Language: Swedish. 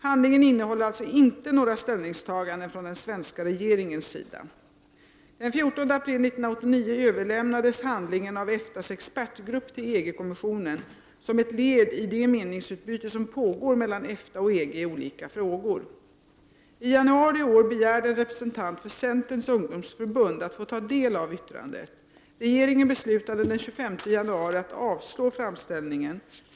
Handlingen innehåller alltså inte några ställningstaganden från den svenska regeringens sida. Den 14 april 1989 överlämnades hand lingen av EFTA:s expertgrupp till EG-kommissionen som ett led i det meningsutbyte som pågår mellan EFTA och EG i olika frågor. I januari i år begärde en representant för Centerns ungdomsförbund att få ta del av yttrandet. Regeringen beslutade den 25 januari att avslå framställningen.